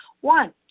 One